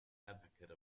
advocate